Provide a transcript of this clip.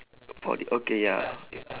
for the okay ya